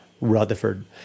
Rutherford